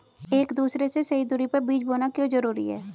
एक दूसरे से सही दूरी पर बीज बोना क्यों जरूरी है?